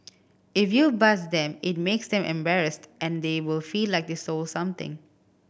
if you buzz them it makes them embarrassed and they will feel like they stole something